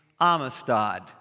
Amistad